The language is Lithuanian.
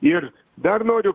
ir dar noriu